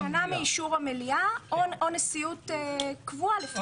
שנה מאישור המליאה או נשיאות קבועה, לפי המוקדם.